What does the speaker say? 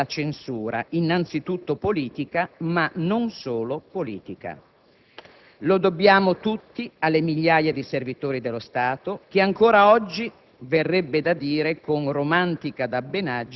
sia sull'onorevole Visco a cadere la scure della censura, innanzitutto politica, ma non solo politica. Lo dobbiamo, tutti, alle migliaia di servitori dello Stato, che ancora oggi,